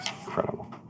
incredible